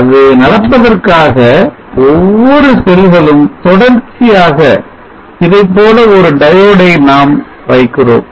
அது நடப்பதற்காக ஒவ்வொரு செல்களும் தொடர்ச்சியாக இதைப்போல ஒரு diode ஐ நாம் வைக்கிறோம்